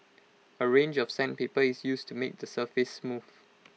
A range of sandpaper is used to make the surface smooth